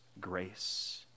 grace